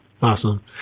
Awesome